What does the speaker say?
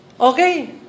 Okay